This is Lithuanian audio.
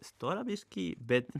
stora biškį bet